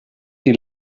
die